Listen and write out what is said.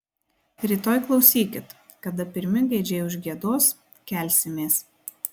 rytoj klausykit kada pirmi gaidžiai užgiedos kelsimės